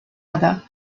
other